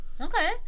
Okay